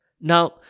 Now